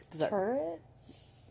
Turrets